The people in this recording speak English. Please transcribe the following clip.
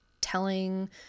telling